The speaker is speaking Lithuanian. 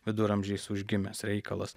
viduramžiais užgimęs reikalas